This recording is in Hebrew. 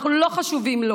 אנחנו לא חשובים לו,